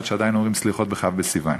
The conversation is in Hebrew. שעדיין אומרים בהן סליחות בכ' בסיוון.